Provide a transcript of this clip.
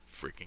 freaking